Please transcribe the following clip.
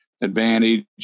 advantage –